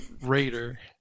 Raider